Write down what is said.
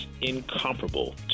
incomparable